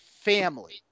family